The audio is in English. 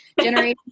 generation